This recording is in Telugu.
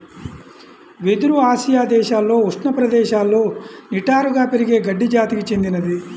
వెదురు ఆసియా దేశాలలో ఉష్ణ ప్రదేశాలలో నిటారుగా పెరిగే గడ్డి జాతికి చెందినది